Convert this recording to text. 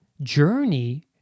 journey